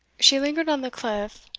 she lingered on the cliff,